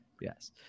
Yes